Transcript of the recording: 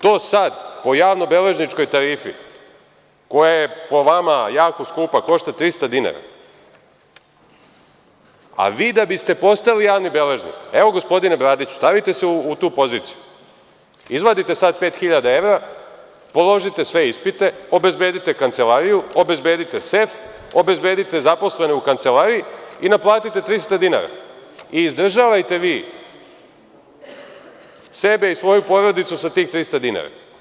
To sada, po javnobeležničkoj tarifi, koja je, po vama, jako skupa, košta 300 dinara, a vi da biste postali javni beležnik, evo, gospodine Bradiću, stavite se u tu funkciju, izvadite sada 5.0000 evra, položite sve ispite, obezbedite kancelariju, obezbedite sef, obezbedite zaposlene u kancelariji i naplatite 300 dinara i izdržavajte vi sebe i svoju porodicu sa tih 300 dinara.